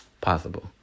possible